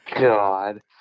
God